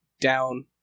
down